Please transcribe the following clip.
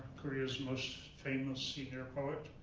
korea's most famous senior poet.